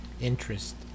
interest